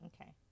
okay